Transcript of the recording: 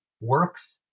works